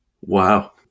Wow